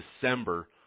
December